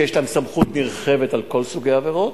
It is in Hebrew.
שיש להם סמכות נרחבת על כל סוגי העבירות,